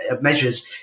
measures